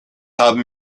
haben